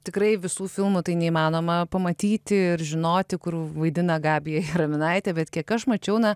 tikrai visų filmų tai neįmanoma pamatyti ir žinoti kur vaidina gabija jaraminaitė bet kiek aš mačiau na